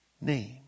name